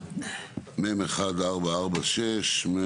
מ/1443.